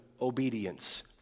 obedience